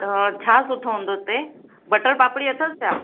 छा सुठो हूंदो उते बटन पापड़ी अथसि छा